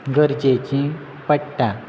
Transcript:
गरजेचीं पडटा